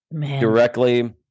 directly